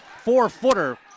four-footer